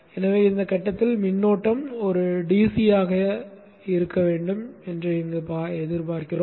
எனவே இந்த கட்டத்தில் மின்னோட்டம் ஒரு dc ஆக இருக்க வேண்டும் என்று இங்கு எதிர்பார்க்கிறோம்